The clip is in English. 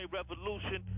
Revolution